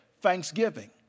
thanksgiving